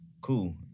Cool